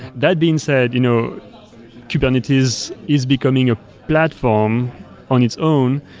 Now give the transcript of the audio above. that being said, you know kubernetes is is becoming a platform on its own,